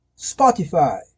Spotify